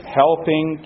helping